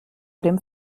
dem